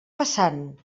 passant